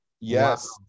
Yes